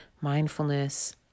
mindfulness